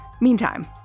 Meantime